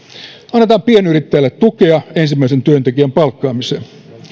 annetaan pienyrittäjälle tukea ensimmäisen työntekijän palkkaamiseen